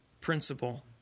principle